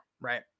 right